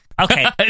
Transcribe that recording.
Okay